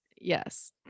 Yes